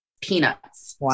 peanuts